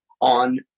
on